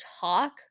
talk